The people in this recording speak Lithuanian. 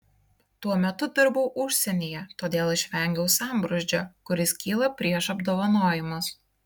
tuo metu dirbau užsienyje todėl išvengiau sambrūzdžio kuris kyla prieš apdovanojimus